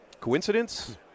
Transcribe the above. coincidence